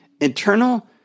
Internal